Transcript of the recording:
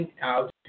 out